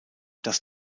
das